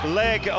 leg